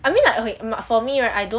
I mean like okay for me I don't